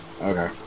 Okay